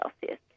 Celsius